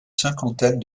cinquantaine